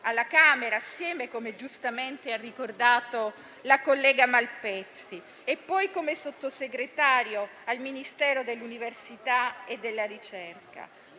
eravamo insieme, come ha giustamente ricordato la collega Malpezzi - e poi come Sottosegretario al Ministero dell'università e della ricerca.